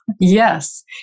Yes